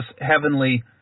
heavenly